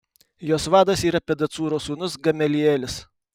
jos vadas yra pedacūro sūnus gamelielis